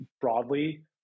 broadly